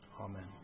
Amen